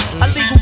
Illegal